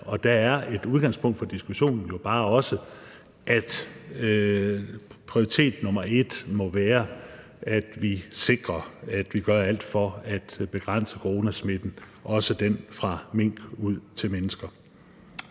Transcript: og der er et udgangspunkt for diskussionen jo også bare, at prioritet nr. 1 må være, at vi sikrer, at vi gør alt for at begrænse coronasmitten, også den fra mink ud til mennesker.